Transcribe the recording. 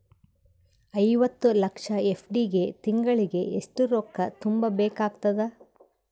ಐವತ್ತು ಲಕ್ಷ ಎಫ್.ಡಿ ಗೆ ತಿಂಗಳಿಗೆ ಎಷ್ಟು ರೊಕ್ಕ ತುಂಬಾ ಬೇಕಾಗತದ?